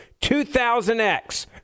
2000X